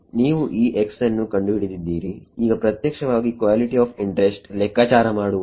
ನೀವು x ನ್ನು ಕಂಡುಹಿಡಿದಿದ್ದೀರಿಈಗ ಪ್ರತ್ಯಕ್ಷವಾಗಿ ಕ್ವಾಲಿಟಿ ಆಫ್ ಇಂಟ್ರೆಸ್ಟ್ ಲೆಕ್ಕಾಚಾರ ಮಾಡುವುದು